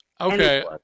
Okay